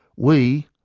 we,